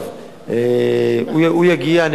הוא יגיע, אני